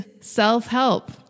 self-help